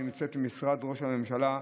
שנמצאת במשרד ראש הממשלה,